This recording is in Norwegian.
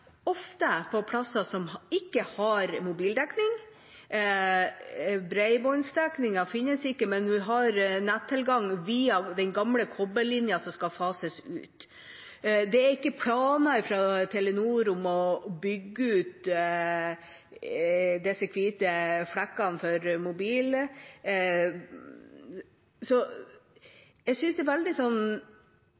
som ikke har mobildekning, bredbåndsdekning finnes ikke, men man har nettilgang via den gamle kobberlinja som skal fases ut. Det er ikke planer fra Telenor om å bygge ut disse hvite flekkene for mobil.